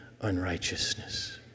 unrighteousness